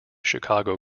chicago